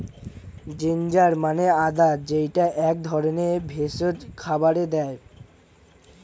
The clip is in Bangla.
জিঞ্জার মানে আদা যেইটা এক ধরনের ভেষজ খাবারে দেয়